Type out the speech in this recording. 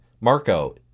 marco